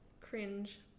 Cringe